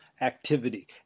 activity